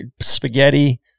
spaghetti